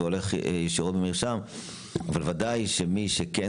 אמרתי שזה